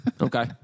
okay